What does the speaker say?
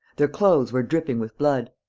their clothes were dripping with blood.